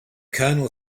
colonel